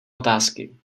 otázky